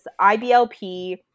IBLP